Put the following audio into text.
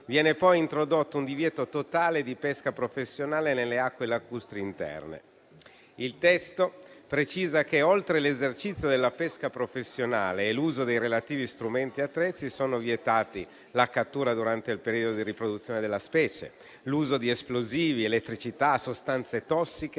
Viene poi introdotto un divieto totale di pesca professionale nelle acque lacustri interne. Il testo precisa che, oltre all'esercizio della pesca professionale e all'uso dei relativi strumenti e attrezzi, sono vietati la cattura durante il periodo di riproduzione della specie, l'uso di esplosivi, elettricità, sostanze tossiche